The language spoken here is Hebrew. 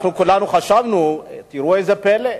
אנחנו כולנו חשבנו: ראו זה פלא,